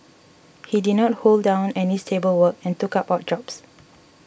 he did not hold down any stable work and took up odd jobs